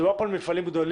מדובר כאן על מפעלים גדולים,